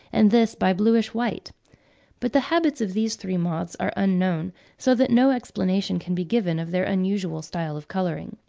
and this by bluish-white. but the habits of these three moths are unknown so that no explanation can be given of their unusual style of colouring.